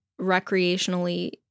recreationally